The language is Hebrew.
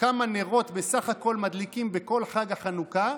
כמה נרות בסך הכול מדליקים בכל חג החנוכה,